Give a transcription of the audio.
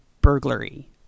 burglary